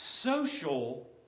social